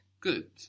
Good